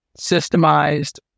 systemized